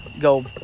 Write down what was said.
go